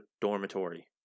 dormitory